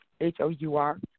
H-O-U-R